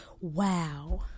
wow